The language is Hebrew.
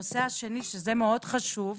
נושא השני שהוא מאוד חשוב.